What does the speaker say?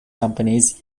companies